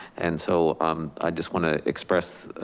and so um i just wanna express